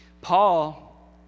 Paul